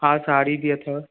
हा साड़ी बि अथव